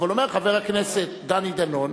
אבל אומר חבר הכנסת דני דנון,